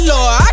Lord